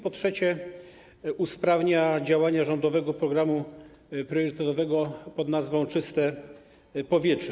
Po trzecie, usprawnia ona działania rządowego programu priorytetowego pn. „Czyste powietrze”